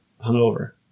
hungover